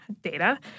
data